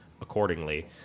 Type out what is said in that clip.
accordingly